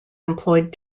employed